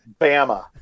Bama